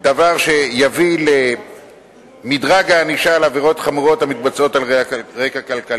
דבר שיביא למדרג הענישה על עבירות חמורות המתבצעות על רקע כלכלי.